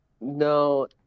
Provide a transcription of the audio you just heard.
No